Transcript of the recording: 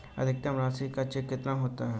अधिकतम राशि का चेक कितना होता है?